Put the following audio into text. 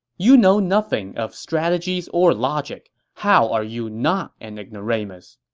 you know nothing of strategies or logic. how are you not an ignoramus?